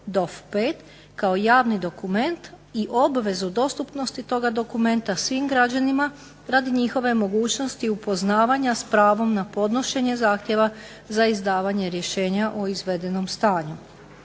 DOF5 kao javni dokument i obvezu dostupnosti toga dokumenta svim građanima radi njihove mogućnosti upoznavanja s pravom na podnošenje zahtjeva za izdavanje rješenja o izvedenom stanju.